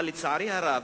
אבל לצערי הרב,